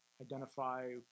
identify